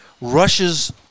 rushes